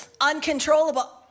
uncontrollable